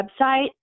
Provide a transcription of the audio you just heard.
website